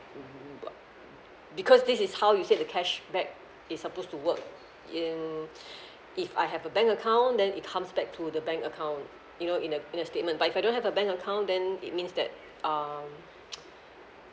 b~ uh because this is how you said the cashback is supposed to work in if I have a bank account then it comes back to the bank account you know in a in a statement but if I don't have a bank account then it means that um